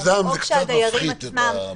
עם יזם זה קצת מפחית את הבעייתיות.